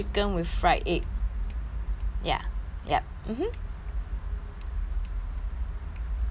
ya ya mmhmm